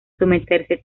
someterse